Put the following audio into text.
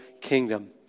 kingdom